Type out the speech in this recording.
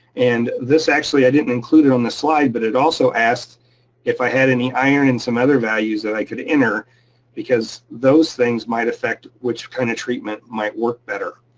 and this actually, i didn't include it on the slide, but it also asked if i had any iron and some other values that i could enter because those things might affect which kind of treatment might work better.